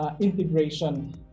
integration